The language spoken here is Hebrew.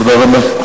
תודה רבה.